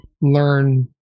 learn